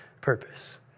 purpose